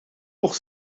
pour